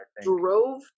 drove